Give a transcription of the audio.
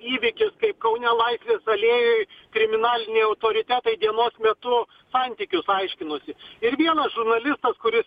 įvykis kai kaune laisvės alėjoj kriminaliniai autoritetai dienos metu santykius aiškinosi ir vienas žurnalistas kuris